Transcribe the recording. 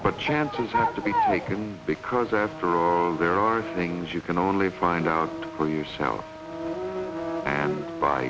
but chances have to be taken because there there are things you can only find out for yourself and by